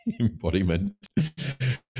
embodiment